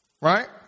right